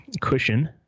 cushion